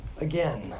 again